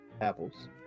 apples